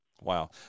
Wow